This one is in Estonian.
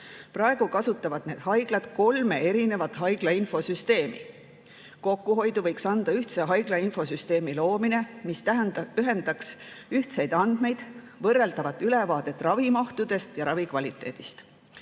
Praegu kasutavad need haiglad kolme erinevat haiglainfosüsteemi. Kokkuhoidu võiks anda ühtse haiglainfosüsteemi loomine, mis ühendaks ühtseid andmeid, võrreldavat ülevaadet ravimahtudest ja ravikvaliteedist.